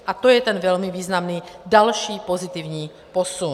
A to je ten velmi významný další pozitivní posun.